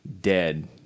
dead